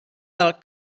del